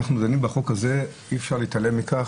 אנחנו יודעים שבחוק הזה אי אפשר להתעלם מכך